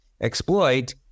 exploit